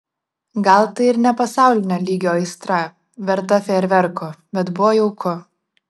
gal tai ir ne pasaulinio lygio aistra verta fejerverkų bet buvo jauku